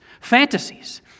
fantasies